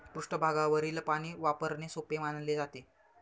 पृष्ठभागावरील पाणी वापरणे सोपे मानले जाते